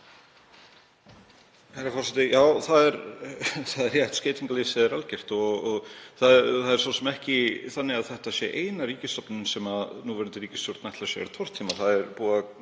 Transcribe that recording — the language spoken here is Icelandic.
Það er rétt, skeytingarleysið er algjört og það er svo sem ekki þannig að þetta sé eina ríkisstofnunin sem núverandi ríkisstjórn ætlar sér að tortíma.